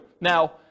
Now